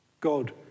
God